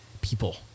people